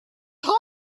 time